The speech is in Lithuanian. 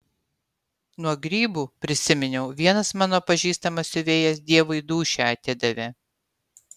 nuo grybų prisiminiau vienas mano pažįstamas siuvėjas dievui dūšią atidavė